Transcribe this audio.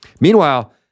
Meanwhile